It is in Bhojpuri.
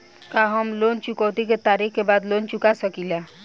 का हम लोन चुकौती के तारीख के बाद लोन चूका सकेला?